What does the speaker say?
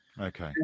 okay